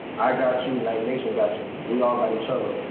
i got you, knight nation got you, we all got each other,